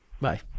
Bye